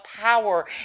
power